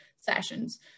sessions